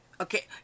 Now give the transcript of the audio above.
Okay